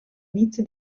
inizi